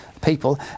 People